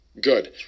Good